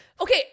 Okay